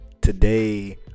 today